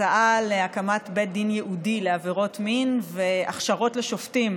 הצעה להקמת בית דין ייעודי לעבירות מין והכשרות לשופטים